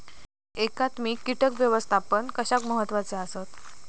एकात्मिक कीटक व्यवस्थापन कशाक महत्वाचे आसत?